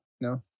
No